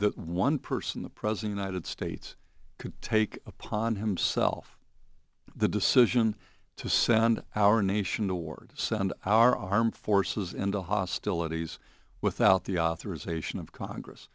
that one person the president ited states could take upon himself the decision to send our nation to war send our armed forces into hostilities without the authorization of congress